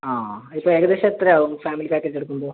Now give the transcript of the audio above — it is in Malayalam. ആ ഇപ്പോൾ ഏകദേശം എത്ര ആവും ഫാമിലി പാക്കേജ് എടുക്കുമ്പോൾ